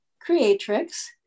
creatrix